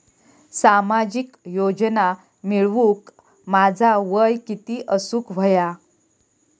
सामाजिक योजना मिळवूक माझा वय किती असूक व्हया?